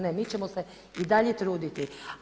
Ne, mi ćemo se i dalje truditi.